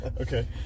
Okay